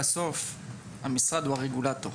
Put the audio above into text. בסוף המשרד הוא הרגולטור.